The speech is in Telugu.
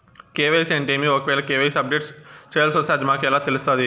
కె.వై.సి అంటే ఏమి? ఒకవేల కె.వై.సి అప్డేట్ చేయాల్సొస్తే అది మాకు ఎలా తెలుస్తాది?